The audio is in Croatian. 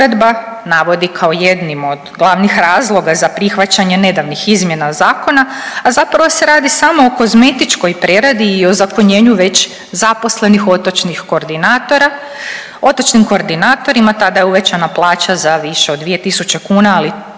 Ova se uredba navodi kao jednim od glavnih razloga za prihvaćanje nedavnih izmjena zakona, a zapravo se radi samo o kozmetičkoj preradi i ozakonjenju već zaposlenih otočnih koordinatora. Otočnim koordinatorima tada je uvećana plaća za više od 2.000 kuna, ali